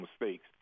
mistakes